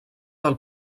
del